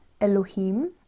Elohim